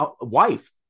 wife